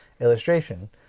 illustration